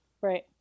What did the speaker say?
Right